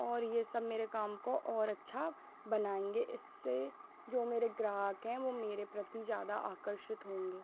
और यह सब मेरे काम को और अच्छा बनाएँगे इससे जो मेरे ग्राहक हैं वह मेरे प्रति ज़्यादा आकर्षित होंगे